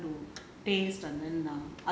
I can just get them to